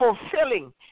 fulfilling